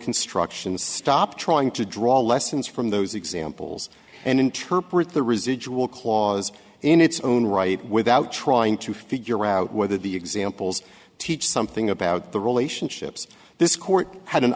construction stop trying to draw lessons from those examples and interpret the residual clause in its own right without trying to figure out whether the examples teach something about the relationships this court had an